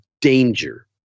danger